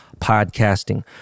podcasting